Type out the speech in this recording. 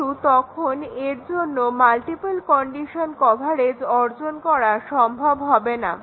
কিন্তু তখন এর জন্য মাল্টিপল কন্ডিশন কভারেজ অর্জন করা সম্ভব হবে না